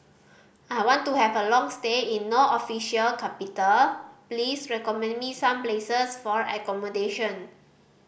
I want to have a long stay in No Official Capital please recommend me some places for accommodation